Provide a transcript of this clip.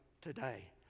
today